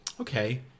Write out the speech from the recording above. okay